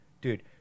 dude